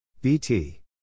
bt